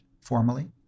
formally